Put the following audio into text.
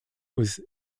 was